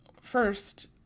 first